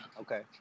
Okay